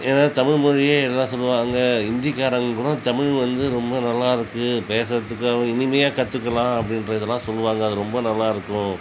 ஏன்னா தமிழ் மொழியை எல்லாம் சொல்லுவாங்க இந்திக்காரவங்க கூட தமிழ் வந்து ரொம்ப நல்லாயிருக்கு பேசுகிறத்துக்கு இனிமையாக கற்றுக்கலாம் அப்படின்றதுலாம் சொல்லுவாங்க அது ரொம்ப நல்லாயிருக்கும்